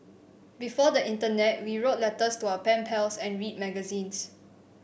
before the internet we wrote letters to our pen pals and read magazines